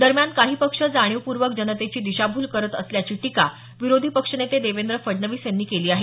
दरम्यान काही पक्ष जाणीवपूर्वक जनतेची दिशाभूल करत असल्याची टीका विरोधी पक्ष नेते देवेंद्र फडणवीस यांनी केली आहे